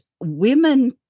women